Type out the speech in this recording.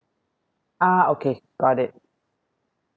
ah okay got it